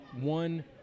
One